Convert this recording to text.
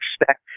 expect